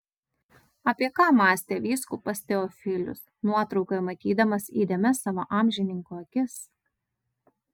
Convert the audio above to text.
apie ką mąstė vyskupas teofilius nuotraukoje matydamas įdėmias savo amžininko akis